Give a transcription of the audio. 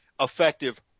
effective